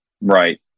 Right